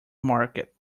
market